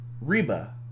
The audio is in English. Reba